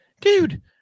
dude